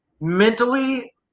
mentally